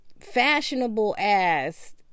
fashionable-ass